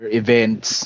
events